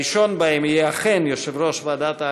הראשון בהם יהיה אכן יושב-ראש ועדת העלייה,